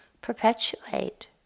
perpetuate